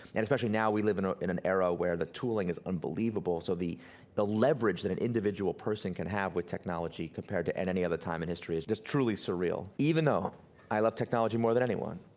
and especially now, we live in ah in an era where the tooling is unbelievable, so the the leverage that an individual person can have with technology compared to at any other time in history, is is truly surreal. even though i love technology more than anyone,